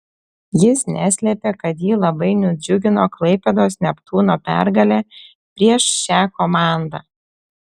jis neslėpė kad jį labai nudžiugino klaipėdos neptūno pergalė prieš šią komandą